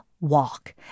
walk